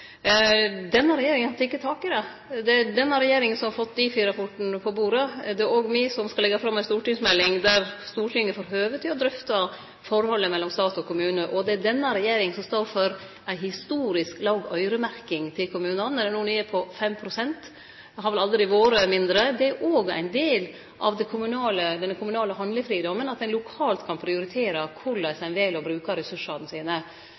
Denne regjeringa har teke tak i det. Det er denne regjeringa som har fått Difi-rapporten på bordet. Det er òg me som skal leggje fram ei stortingsmelding der Stortinget får høve til å drøfte forholdet mellom stat og kommune, og det er denne regjeringa som står for ei historisk låg øyremerking til kommunane. Ho er nede på 5 pst. og har vel aldri vore mindre. Det er òg ein del av den kommunale handlefridomen at ein lokalt kan prioritere korleis ein vel å bruke ressursane sine.